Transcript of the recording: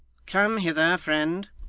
come hither, friend